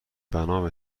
بنابه